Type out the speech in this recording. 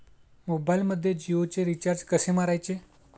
मोबाइलमध्ये जियोचे रिचार्ज कसे मारायचे?